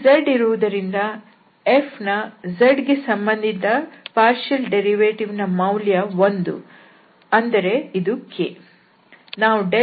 ಇಲ್ಲಿ z ಇರುವುದರಿಂದ f ನ z ಸಂಬಂಧಿತ ಭಾಗಶಃ ವ್ಯುತ್ಪನ್ನ ದ ಮೌಲ್ಯವು 1 ಅಂದರೆ ಇದು k